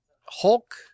hulk